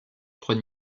trois